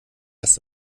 erst